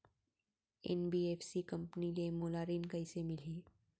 NBFC company ले मोला ऋण कइसे मिलही?